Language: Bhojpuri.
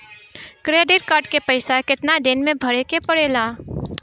क्रेडिट कार्ड के पइसा कितना दिन में भरे के पड़ेला?